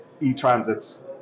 e-transits